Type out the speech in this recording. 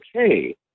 okay